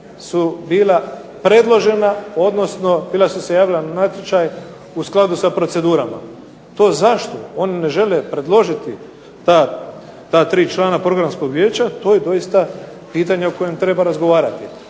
su bila predložena odnosno bila su se javila na natječaj u skladu sa procedurama. To zašto oni ne žele predložiti ta tri člana programskog vijeća to je pitanje o kojem treba razgovarati